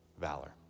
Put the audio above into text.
valor